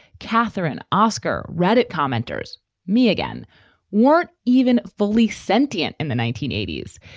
catherine oscar reddit commenters me again weren't even fully sentient in the nineteen eighties.